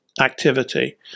activity